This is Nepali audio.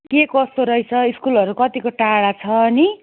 के कस्तो रहेछ स्कुलहरू कतिको टाढा छ नि